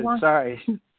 Sorry